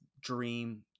dream